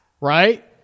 right